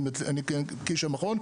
אני כאיש המכון,